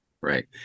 Right